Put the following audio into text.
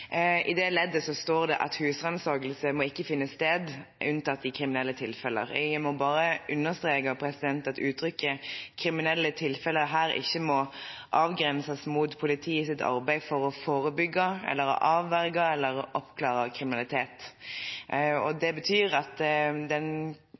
I det leddet står det at husransakelse ikke må finne sted unntatt i kriminelle tilfeller. Jeg må bare understreke at uttrykket «kriminelle tilfeller» her ikke må avgrenses mot politiets arbeid for å forebygge, avverge eller oppklare kriminalitet.